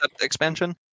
expansion